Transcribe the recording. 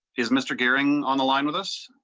is mister gehring on the line with us.